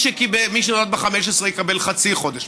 מי שנולד ב-15 יקבל חצי חודש,